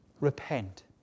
repent